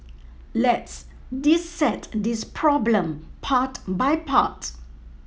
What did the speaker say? let's dissect this problem part by part